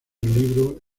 libro